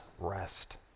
rest